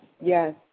yes